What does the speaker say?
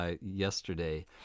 Yesterday